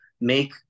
make